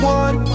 one